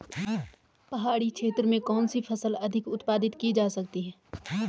पहाड़ी क्षेत्र में कौन सी फसल अधिक उत्पादित की जा सकती है?